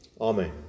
Amen